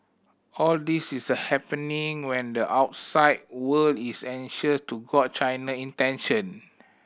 all this is happening when the outside world is anxious to gauge China intention